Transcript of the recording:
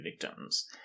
victims